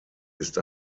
ist